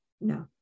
no